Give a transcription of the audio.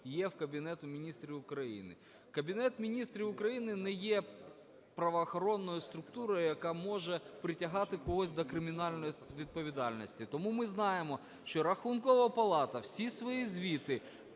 є в Кабінету Міністрів України. Кабінет Міністрів України не є правоохоронною структурою, яка може притягати когось до кримінальної відповідальності, тому ми знаємо, що Рахункова палата всі свої звіти,